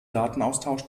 datenaustausch